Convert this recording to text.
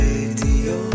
Radio